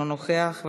אינו נוכח.